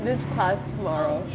this class tomorrow